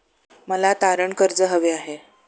मला तारण कर्ज हवे आहे